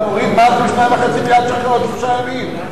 אתה מוריד מס של 2.5 מיליארד שקל עוד שלושה ימים.